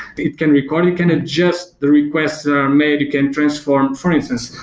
it can record, it can adjust the requests that are made, you can transform. for instance,